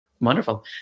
Wonderful